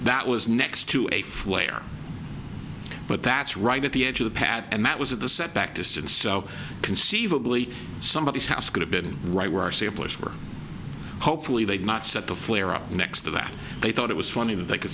that was next to a flare but that's right at the edge of the pad and that was at the setback distance so conceivably somebody's house could have been right where say a push for hopefully they'd not set the flare up next to that they thought it was funny that they could